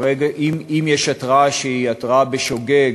אם יש התרעה שהיא התרעה בשוגג,